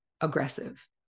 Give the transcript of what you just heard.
aggressive